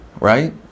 right